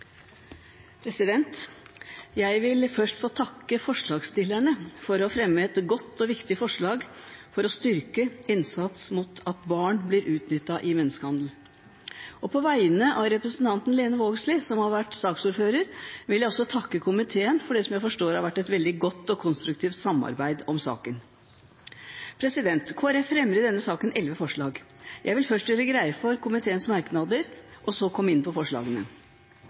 vedtatt. Jeg vil først få takke forslagsstillerne for å ha fremmet et godt og viktig forslag for å styrke innsatsen mot at barn blir utnyttet i menneskehandel. På vegne av representanten Lene Vågslid, som har vært saksordfører, vil jeg også takke komiteen for det jeg forstår har vært et veldig godt og konstruktivt samarbeid om saken. Kristelig Folkeparti fremmet i representantforslaget elleve forslag. Jeg vil først gjøre greie for komiteens merknader og så komme inn på forslagene.